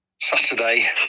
Saturday